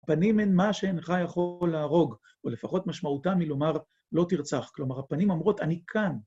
הפנים הן מה שאינך יכול להרוג, או לפחות משמעותם היא לומר לא תרצח. כלומר, הפנים אומרות, אני כאן.